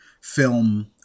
film